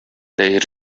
they